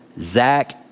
Zach